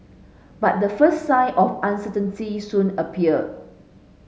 but the first sign of uncertainty soon appeared